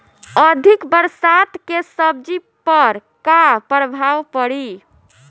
अधिक बरसात के सब्जी पर का प्रभाव पड़ी?